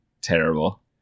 Terrible